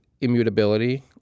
immutability